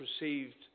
received